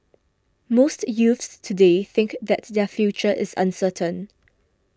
most youths today think that their future is uncertain